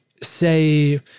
say